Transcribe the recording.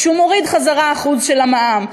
שהוא מוריד בחזרה 1% של המע"מ.